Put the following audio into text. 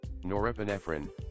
norepinephrine